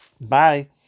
Bye